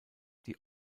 die